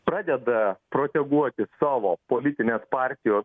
pradeda proteguoti savo politinės partijos